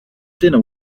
dinner